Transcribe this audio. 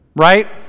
right